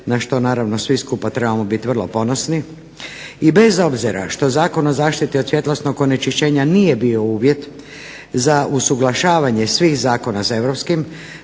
na što naravno svi skupa trebamo biti ponosni i bez obzira što Zakon o zaštiti od svjetlosnog onečišćenja nije bilo uvjet za usuglašavanja svih zakona sa Europskim